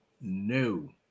no